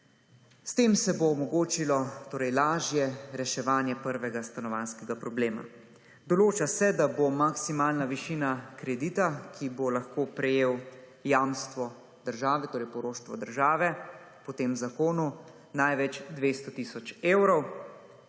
S tem se bo omogočilo torej lažje reševanje prvega stanovanjskega problema. Določa se, da bo maksimalna višina kredita, ki bo lahko prejel jamstvo države, torej poroštvo države po tem zakonu največ 200 tisoč evrov,